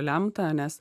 lemta nes